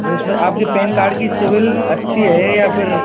फिर उस में आपकी पैन कार्ड की सिबील अच्छी है या फिर